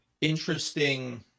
interesting